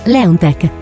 Leontech